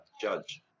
judge